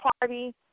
party